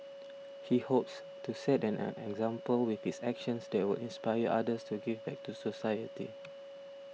he hopes to set an an example with his actions that will inspire others to give back to society